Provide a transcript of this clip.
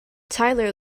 tyler